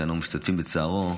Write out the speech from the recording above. שאנו משתתפים בצערו.